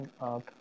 up